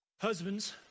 Husbands